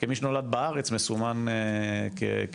כמי שנולד בארץ, אני מסומן כעולה.